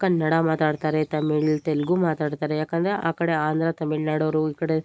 ಕನ್ನಡ ಮಾತಾಡ್ತಾರೆ ತಮಿಳ್ ತೆಲುಗು ಮಾತಾಡ್ತಾರೆ ಏಕಂದ್ರೆ ಆ ಕಡೆ ಆಂಧ್ರ ತಮಿಳ್ ನಾಡವರು ಈ ಕಡೆ